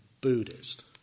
Buddhist